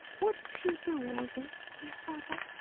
would she do all this, dear father?